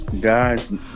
guys